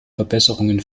verbesserungen